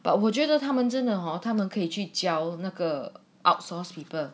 but 我觉得他们真的好他们可以聚焦那个 outsource people